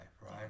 right